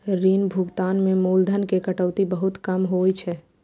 ऋण भुगतान मे मूलधन के कटौती बहुत कम होइ छै